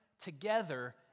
together